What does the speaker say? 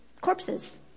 corpses